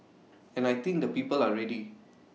and I think the people are ready